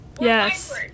yes